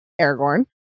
aragorn